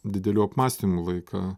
didelių apmąstymų laiką